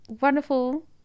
wonderful